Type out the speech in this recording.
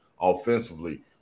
offensively